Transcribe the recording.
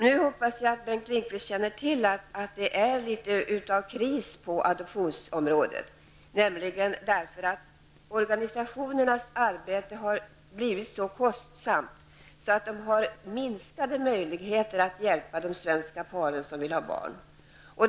Jag hoppas att Bengt Lindqvist känner till att det är litet av kris på adoptionsområdet. Organisationernas arbete har blivit så kostsamt att det har minskat deras möjligheter att hjälpa de svenska par som vill ha barn.